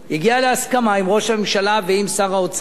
הגיע להסכמה עם ראש הממשלה ועם שר האוצר,